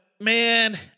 man